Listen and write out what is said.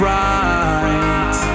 right